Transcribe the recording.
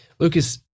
Lucas